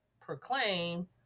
proclaim